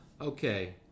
Okay